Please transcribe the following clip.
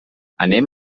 anem